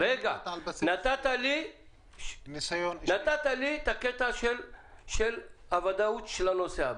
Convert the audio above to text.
נתת לי את הקטע של הוודאות של הנוסע.